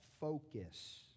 focus